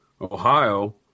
ohio